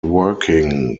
working